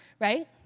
right